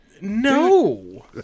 No